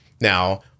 Now